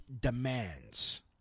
demands